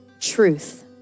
truth